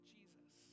Jesus